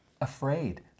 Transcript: afraid